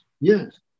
Yes